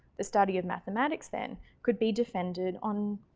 the study of mathematics then could be defended on